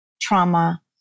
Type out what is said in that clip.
trauma